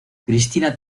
cristina